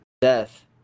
death